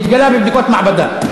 התגלה בבדיקות מעבדה.